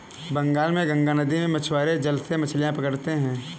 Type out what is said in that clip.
बंगाल में गंगा नदी में मछुआरे जाल से मछलियां पकड़ते हैं